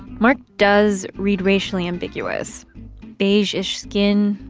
mark does read racially ambiguous beige-ish skin,